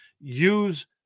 Use